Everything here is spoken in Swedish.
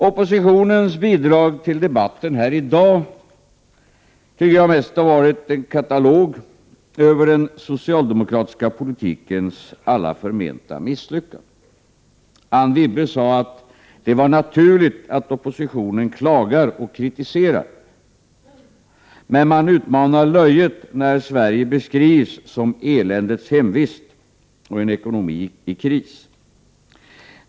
Oppositionens bidrag till debatten här i dag har mest varit en katalog över den socialdemokratiska politikens alla förmenta misslyckanden. Anne Wibble sade att det var naturligt att oppositionen klagar och kritiserar. Men man utmanar löjet när Sverige beskrivs som eländets hemvist med en ekonomi i kris.